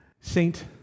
Saint